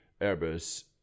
Airbus